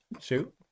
Shoot